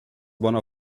one